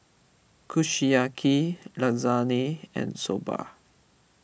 Kushiyaki Lasagne and Soba